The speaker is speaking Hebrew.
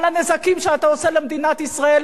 על הנזקים שאתה עושה למדינת ישראל,